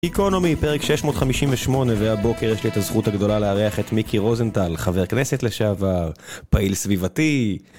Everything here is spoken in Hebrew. גיקונומי, פרק 658, והבוקר יש לי את הזכות הגדולה לארח את מיקי רוזנטל, חבר כנסת לשעבר, פעיל סביבתי.